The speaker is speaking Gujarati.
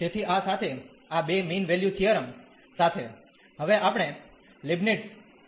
તેથી આ સાથે આ બે મીન વેલ્યુ થીયરમ સાથે હવે આપણે લીબનીટ્ઝ રુલ માટે આગળ વધી શકીએ છીએ